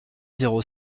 zéro